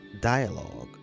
dialogue